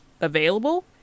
available